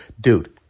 dude